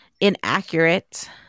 inaccurate